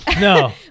no